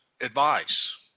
advice